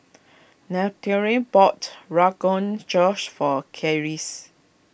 Natalya bought Rogan Josh for Keris